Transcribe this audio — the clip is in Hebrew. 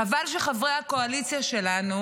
חבל שחברי הקואליציה שלנו